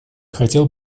хотел